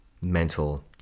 mental